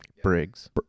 Briggs